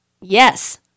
Yes